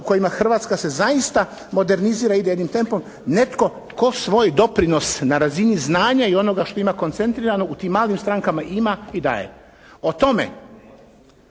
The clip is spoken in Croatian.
kojima Hrvatska se zaista modernizira, ide jednim tempom netko tko svoj doprinos na razini znanja i onoga što ima koncentrirano u tim malim strankama ima i daje. O tome